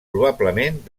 probablement